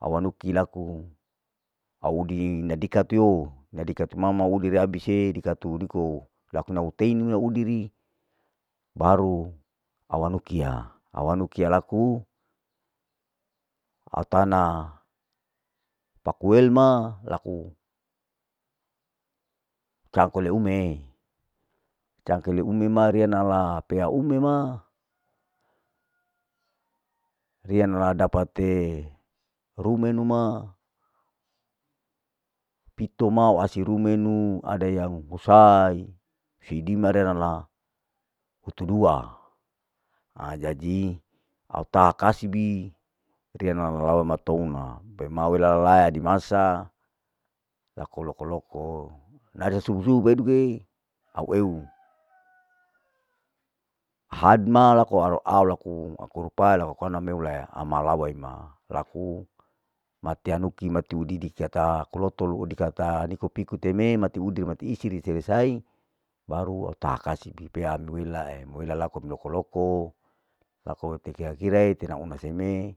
au aniki laku, au udi ina dikatu, dikatu mama udi rea bise dikatu dikou lakuna tei naudi baru au anu kia, au anu kia laku au tana pakuel ma laku cangkole umee, cangkole ume riya nala pea umme ma riya nala dapate rumenu ma, pito ma wasi rumenu ada yang husai, seidimai rerala, hutu dua, ajadi au taha kasibi riya nala matouna pea waela ma adimasa laku lok koloko, nare subu subu eduke au eu, had ma laku aro au laku aku rupae karna melaya, amalawa ima laku matei anuki mati hudidi dikata, aku lotolo dikata niko piko teme, mati udir mati isir selesai baru au taha kasibi pea ne welae, wela laku loko loko laku wete kira kirae nauna seme.